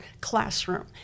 classroom